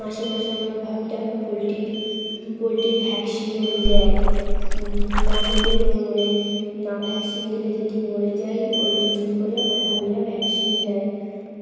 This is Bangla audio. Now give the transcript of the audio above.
মাসে মাসে আমার ভাবিরা পোলট্রির পোলট্রির ভ্যাকসিনও দেয় না হলে মরে না ভ্যাকসিন দিলে যদি মরে যায় ওই জন্য করে আমার ভাবিরা ভ্যাকসিন দেয়